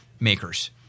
Makers